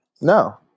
No